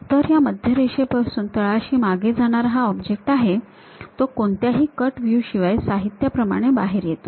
तर या मध्य रेषेपासून तळाशी मागे जाणारा हा ऑब्जेक्ट आहे तो कोणत्याही कट व्ह्यू शिवाय साहित्याप्रमाणे बाहेर येतो